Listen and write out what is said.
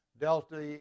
delta